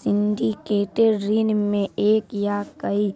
syndicated ऋण मे एक या कई